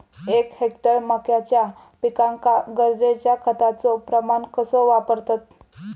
एक हेक्टर मक्याच्या पिकांका गरजेच्या खतांचो प्रमाण कसो वापरतत?